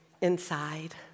inside